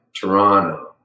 Toronto